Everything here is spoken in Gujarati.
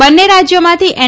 બંને રાજ્યામાંથી એન